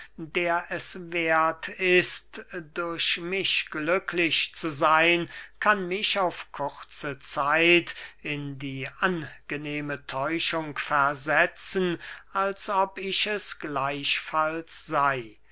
der es werth ist durch mich glücklich zu sehen kann mich auf kurze zeit in die angenehme täuschung versetzen als ob ich es gleichfalls sey